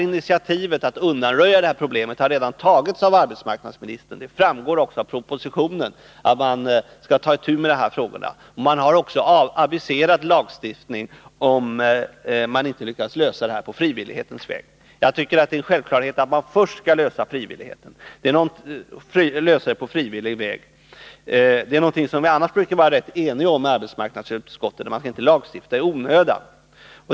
Initiativet till att undanröja det här problemet har redan tagits av arbetsmarknadsministern. Det framgår också av propositionen att man skall ta itu med de frågorna. Man har även aviserat lagstiftning om man inte lyckas lösa problemet på frivillighetens väg. Jag tycker att det är en självklarhet att man först skall försöka lösa det på frivillig väg. Det är någonting som vi annars brukar vara eniga om i arbetsmarknadsutskottet — man skall inte lagstifta i onödan.